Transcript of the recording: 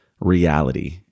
reality